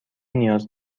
نیاز